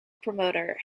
promoter